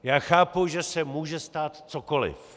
Já chápu, že se může stát cokoli.